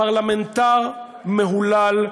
פרלמנטר מהולל.